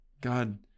God